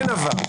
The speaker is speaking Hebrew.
אין עבר.